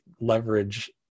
leverage